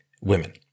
women